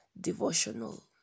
devotional